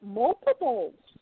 multiples